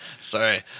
Sorry